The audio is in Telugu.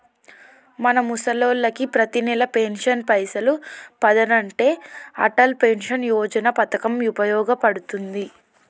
మన ముసలోళ్ళకి పతినెల పెన్షన్ పైసలు పదనంటే అటల్ పెన్షన్ యోజన పథకం ఉపయోగ పడుతుంది